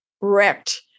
wrecked